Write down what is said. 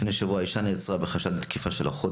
לפני שבוע אישה נעצרה בחשד לתקיפה של אחות